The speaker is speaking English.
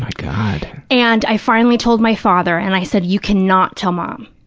but god. and i finally told my father and i said, you cannot tell mom,